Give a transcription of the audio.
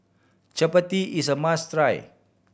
chappati is a must try